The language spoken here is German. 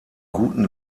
guten